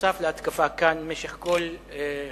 בנוסף להתקפה כאן, במשך כל השבוע,